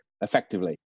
effectively